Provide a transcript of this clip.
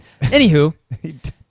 Anywho